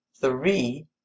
three